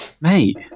mate